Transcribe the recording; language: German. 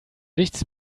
nichts